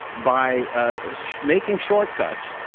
by ah making shortcuts,